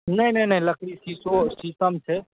नहि नहि नहि लकड़ी शीशो शीशम छै